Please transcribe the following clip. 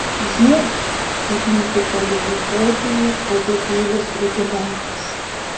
jie kaip mūsų tolimų protėvių uodegėlės rudimentas